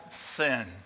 sin